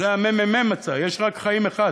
את זה הממ"מ מצא: יש רק חיים אחד,